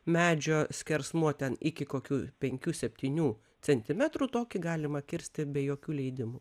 medžio skersmuo ten iki kokių penkių septynių centimetrų tokį galima kirsti be jokių leidimų